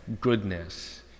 goodness